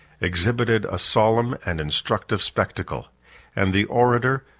exhibited a solemn and instructive spectacle and the orator,